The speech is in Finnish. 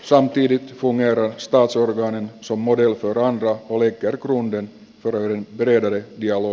suomi piti punnerra stosur veneen sumu delpy ranka oli björklundien toverin peter oli jo